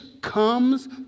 comes